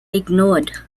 ignored